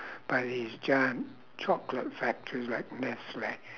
by these giant chocolate factories like nestle